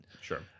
sure